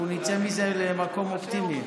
אנחנו נצא מזה למקום אופטימי.